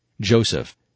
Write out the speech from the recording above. Joseph